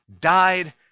died